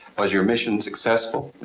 was your mission successful?